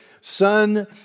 son